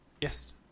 Yes